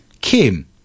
kim